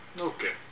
Okay